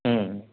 ம்